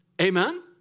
Amen